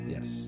Yes